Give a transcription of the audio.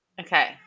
Okay